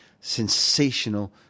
sensational